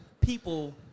people